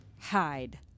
Hide